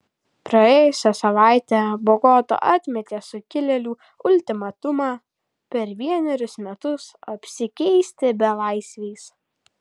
praėjusią savaitę bogota atmetė sukilėlių ultimatumą per vienerius metus apsikeisti belaisviais